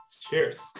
cheers